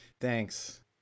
thanks